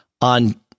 on